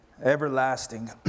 everlasting